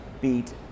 beat